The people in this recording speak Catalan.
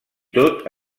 tot